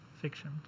Fiction